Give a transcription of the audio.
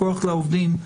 כוח לעובדים,